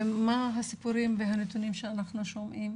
ומה הסיפורים והנתונים שאנחנו שומעים?